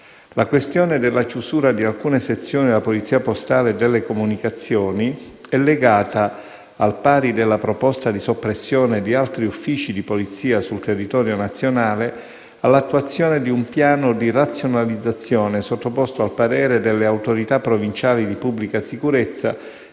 La questione della chiusura di alcune sezioni della Polizia postale e delle comunicazioni, è legata, al pari della proposta di soppressione di altri uffici di polizia sul territorio nazionale, all'attuazione di un piano di razionalizzazione sottoposto al parere delle autorità provinciali di pubblica sicurezza